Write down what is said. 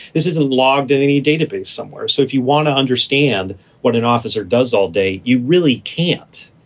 this is a logged in a database somewhere. so if you want to understand what an officer does all day, you really can't.